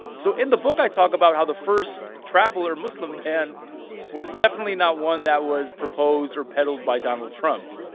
so in the book, i talk about how the first travel or muslim ban was definitely not one that was proposed or peddled by donald trump.